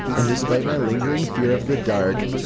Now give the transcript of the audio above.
and despite my lingering fear of the dark,